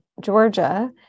georgia